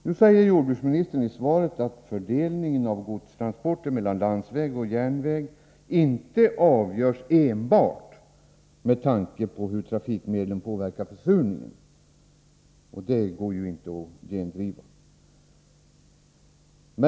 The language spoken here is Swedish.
Nu säger jordbruksministern i interpellationssvaret att fördelningen av godstransporter mellan landsväg och järnväg inte avgörs enbart med tanke på hur trafikmedlen påverkar försurningen, och det påståendet går ju inte att gendriva.